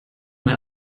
man